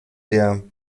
der